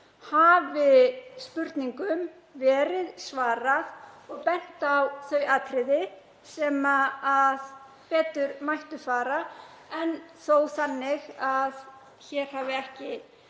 hafi spurningum verið svarað og bent á þau atriði sem betur mættu fara en þó þannig að hér hafi